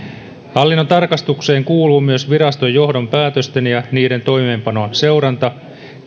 hallinnon tarkastukseen kuuluu myös virastojen johdon päätösten ja niiden toimeenpanon seuranta